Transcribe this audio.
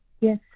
Yes